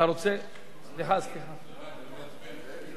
ידעתי שהולכים להצביע.